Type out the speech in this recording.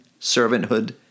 servanthood